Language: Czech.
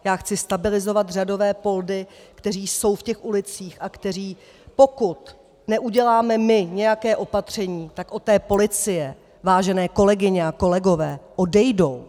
Já chci stabilizovat řadové poldy, kteří jsou v těch ulicích a kteří, pokud neuděláme my nějaké opatření, tak od té policie, vážené kolegyně a kolegové, odejdou!